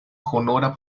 honora